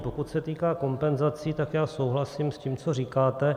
Pokud se týká kompenzací, tak souhlasím s tím, co říkáte.